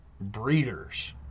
breeders